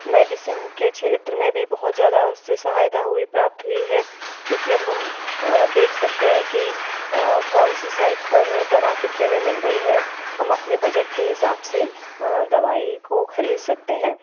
medicine के क्षेत्र में भी बहुत ज़्यादा उससे सहायता हुई प्राप्त हुई है क्यूँकि अब हम देख सकते हैं कि कौनसी साइट पर दवा कितने में मिल रही है हम अपने बजट के हिसाब से दवाई को ख़रीद सकते हैं